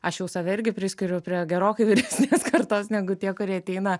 aš jau save irgi priskiriu prie gerokai vyresnės kartos negu tie kurie ateina